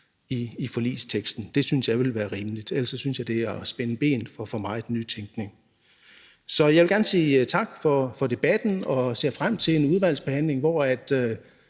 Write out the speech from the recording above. i forligsteksten. Det synes jeg ville være rimeligt. Ellers synes jeg, det er at spænde ben for for meget nytænkning. Så jeg vil gerne sige tak for debatten, og jeg ser frem til en udvalgsbehandling, hvor